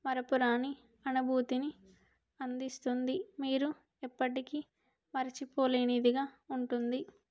మరపురాని అనుభూతిని అందిస్తుంది మీరు ఎప్పటికీ మర్చిపోలేనిదిగా ఉంటుంది